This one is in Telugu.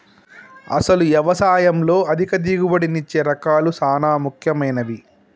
అసలు యవసాయంలో అధిక దిగుబడినిచ్చే రకాలు సాన ముఖ్యమైనవి